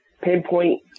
pinpoint